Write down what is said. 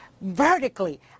vertically